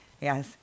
yes